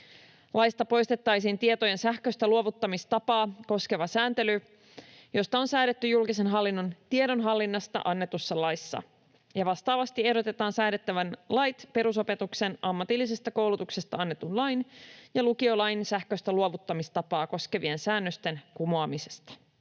Laista poistettaisiin tietojen sähköistä luovuttamistapaa koskeva sääntely, josta on säädetty julkisen hallinnon tiedonhallinnasta annetussa laissa, ja vastaavasti ehdotetaan säädettävän perusopetuslain, ammatillisesta koulutuksesta annetun lain ja lukiolain sähköistä luovuttamistapaa koskevien säännösten kumoamisesta.